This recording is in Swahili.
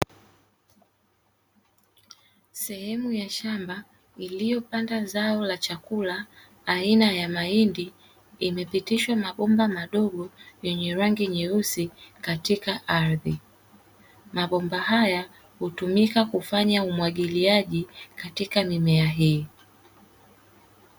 Sehemu ya shamba iliyopanda zao la chakula aina ya mahindi imepitishwa mabomba madogo yenye rangi nyeusi katika ardhi, mabomba haya hutumika kufanya umwagiliaji katika mimea hii.